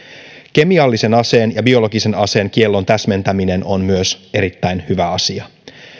kemiallisen aseen ja biologisen aseen kiellon täsmentäminen on myös erittäin hyvä asia